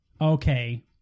okay